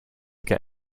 get